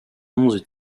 onze